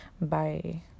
Bye